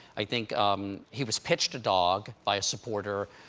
i think um he was pitched a dog by a supporter,